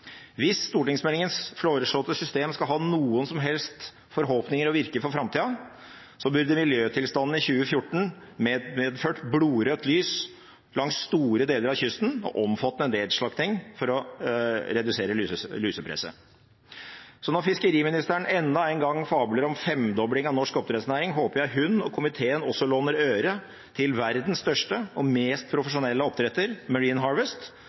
Hvis stortingsmeldingens foreslåtte system skal ha noen som helst forhåpning om å virke for framtida, burde miljøtilstanden i 2014 medført blodrødt lys langs store deler av kysten og omfattende nedslakting for å redusere lusepresset. Så når fiskeriministeren enda en gang fabler om femdobling av norsk oppdrettsnæring, håper jeg hun og komiteen også låner øre til verdens største og mest profesjonelle oppdretter, Marine Harvest,